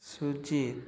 Sujit